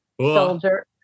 soldier